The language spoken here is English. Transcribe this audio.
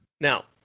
Now